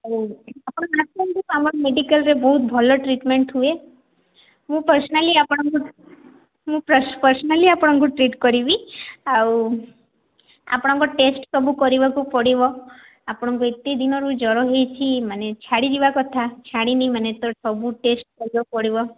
ଆଉ ଆପଣ ଆସନ୍ତୁ ଆମର ମେଡିକାଲ୍ରେ ବହୁତ ଭଲ ଟ୍ରିଟ୍ମେଣ୍ଟ୍ ହୁଏ ମୁଁ ପର୍ଶନାଲି ଆପଣଙ୍କୁ ମୁଁ ପର୍ଶନାଲି ଆପଣଙ୍କୁ ଟ୍ରିଟ୍ କରିବି ଆଉ ଆପଣଙ୍କ ଟେଷ୍ଟ୍ ସବୁ କରିବାକୁ ପଡ଼ିବ ଆପଣଙ୍କୁ ଏତେ ଦିନରୁ ଜର ହୋଇଛି ମାନେ ଛାଡ଼ିଯିବା କଥା ଛାଡ଼ିନି ମାନେ ତ ସବୁ ଟେଷ୍ଟ୍ କରିବାକୁ ପଡ଼ିବ